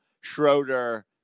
Schroeder